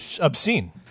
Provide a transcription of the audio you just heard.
obscene